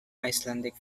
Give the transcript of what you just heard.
icelandic